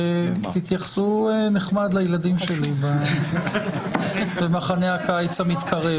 ותתייחסו נחמד לילדים שלי במחנה הקיץ המתקרב,